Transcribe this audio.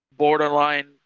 borderline